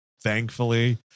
thankfully